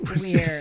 weird